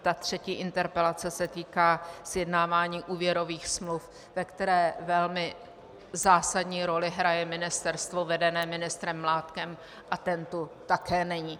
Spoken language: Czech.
Ta třetí interpelace se týká sjednávání úvěrových smluv, ve které velmi zásadní roli hraje ministerstvo vedené ministrem Mládkem a ten tu také není.